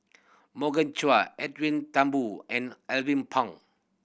Morgan Chua Edwin Thumboo and Alvin Pang